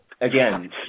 again